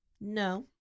no